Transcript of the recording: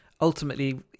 ultimately